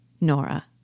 Nora